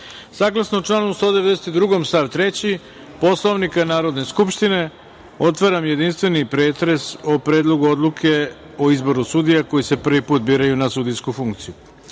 članu 192. stav 3. Poslovnika Narodne skupštine, otvaram jedinstveni pretres o Predlogu odluke o izboru sudija koji se prvi put biraju na sudijsku funkciju. Želim